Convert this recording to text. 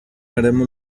haremos